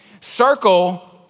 Circle